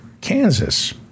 Kansas